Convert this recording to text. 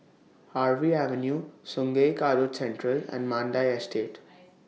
Harvey Avenue Sungei Kadut Central and Mandai Estate